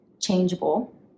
changeable